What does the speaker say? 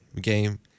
game